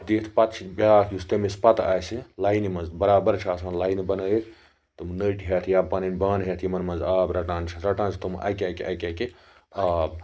دِتھ پَتہٕ چھُ بیاکھ یُس تٔمِس پَتہٕ آسہِ لاینہِ مَنٛز بَرابَر چھِ آسان لاینہٕ بَنٲیِتھ تِم نٔٹۍ ہیٚتھ یا پَنٕنۍ بانہٕ ہیٚتھ یِمَن مَنٛز آب رَٹان چھِ رَٹان چھِ تِم اَکہِ اَکہِ اَکہِ اَکہِ آب